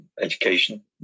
education